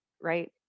right